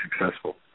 successful